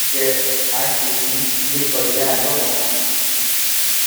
की हड्डियों में दिक्कत भी आ सकती है।